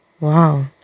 Wow